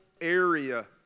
area